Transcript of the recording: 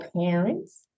parents